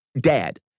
dad